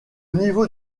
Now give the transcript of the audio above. niveau